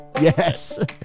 Yes